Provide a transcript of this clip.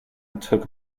took